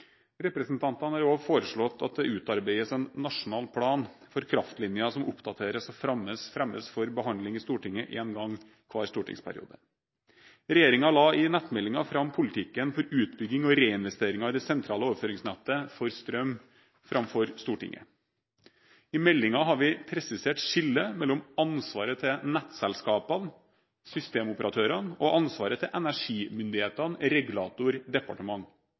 Representantene har også foreslått at det utarbeides en nasjonal plan for kraftlinjer, som oppdateres og fremmes for behandling i Stortinget en gang hver stortingsperiode. Regjeringen la i nettmeldingen politikken for utbygging og reinvesteringer i det sentrale overføringsnettet for strøm fram for Stortinget. I meldingen har vi presisert skillet mellom ansvaret til nettselskapene – systemoperatørene – og ansvaret til energimyndighetene – regulator, departement.